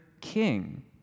king